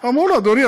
אמרו לו: אדוני,